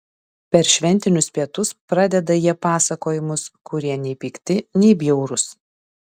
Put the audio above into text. per šventinius pietus pradeda jie pasakojimus kurie nei pikti nei bjaurūs